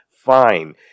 fine